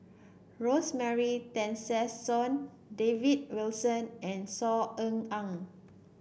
Rosemary Tessensohn David Wilson and Saw Ean Ang